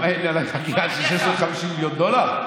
חקירה של 650 מיליון דולר?